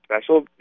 special